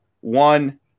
one